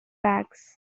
bags